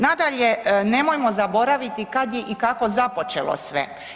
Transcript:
Nadalje, nemojmo zaboraviti kad je i kako započelo sve.